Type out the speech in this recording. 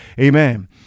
amen